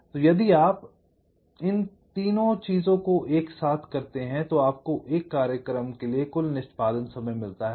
इसलिए यदि आप इस तीन चीजों को एक साथ करते हैं तो आपको एक कार्यक्रम के लिए कुल निष्पादन समय मिलता है